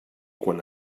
quan